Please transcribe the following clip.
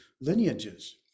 lineages